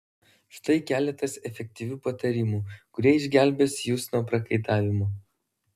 štai keletas efektyvių patarimų kurie išgelbės jus nuo prakaitavimo